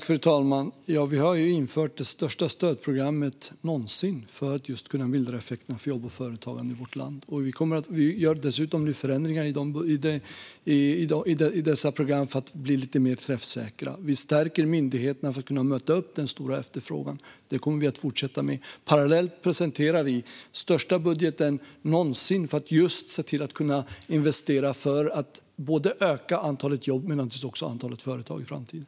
Fru talman! Vi har infört det största stödprogrammet någonsin för att kunna mildra effekterna för jobb och företagande i vårt land. Vi gör nu dessutom förändringar i detta program för att det ska bli lite mer träffsäkert. Vi stärker myndigheterna för att kunna möta upp den stora efterfrågan. Det kommer vi att fortsätta med. Parallellt presenterar vi den största budgeten någonsin för att just kunna investera för att öka både antalet jobb och antalet företag i framtiden.